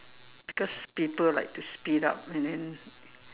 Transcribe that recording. because people like to speed up and then